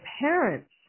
parents